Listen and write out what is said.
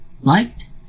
liked